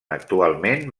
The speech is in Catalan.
actualment